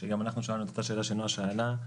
שגם אנחנו שאלנו את אותה שאלה שנעה שאלה.